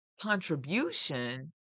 contribution